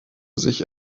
sich